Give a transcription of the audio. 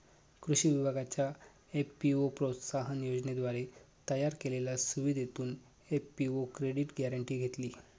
कृषी विभागाच्या एफ.पी.ओ प्रोत्साहन योजनेद्वारे तयार केलेल्या सुविधेतून एफ.पी.ओ क्रेडिट गॅरेंटी घेतली